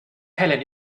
helen